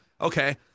okay